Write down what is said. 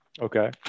Okay